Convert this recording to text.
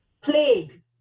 plague